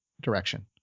direction